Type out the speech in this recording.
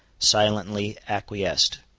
silently acquiesced.